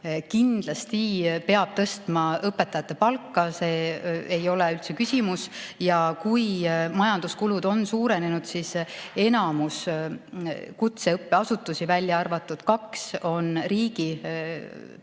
Kindlasti peab tõstma õpetajate palka, see ei ole üldse küsimus. Kui majanduskulud on suurenenud, siis enamik kutseõppeasutusi, välja arvatud kaks, on riigi pidada,